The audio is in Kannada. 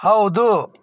ಹೌದು